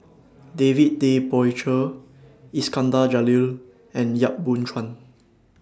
David Tay Poey Cher Iskandar Jalil and Yap Boon Chuan